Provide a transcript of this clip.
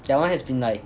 that one has been like